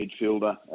midfielder